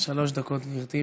שלוש דקות, גברתי.